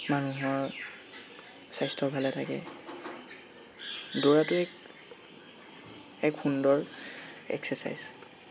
মানুহৰ স্বাস্থ্য ভালে থাকে দৌৰাটো এক এক সুন্দৰ এক্সেৰ্চাইজ